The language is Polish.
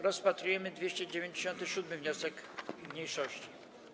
Rozpatrujemy 297. wniosek mniejszości.